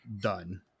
done